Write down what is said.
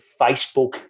Facebook